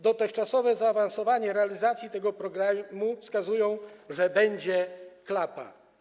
Dotychczasowe zaawansowanie realizacji tego programu wskazuje, że będzie klapa.